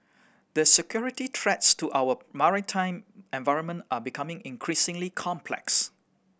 the security threats to our maritime environment are becoming increasingly complex